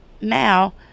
now